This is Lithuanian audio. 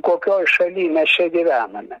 kokioj šalyj mes čia gyvename